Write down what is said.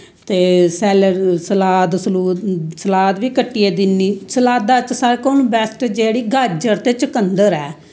ते सलाद सलूद सलाद बी कट्टियै दिन्नी सलाद्दा च सारें कोला बैस्ट जेह्ड़ी गाज्जर ते चकंद्दर ऐ